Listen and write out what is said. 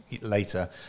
later